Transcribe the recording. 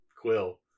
Quill